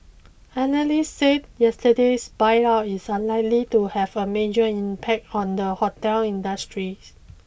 analysts said yesterday's buyout is unlikely to have a major impact on the hotel industry